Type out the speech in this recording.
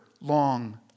long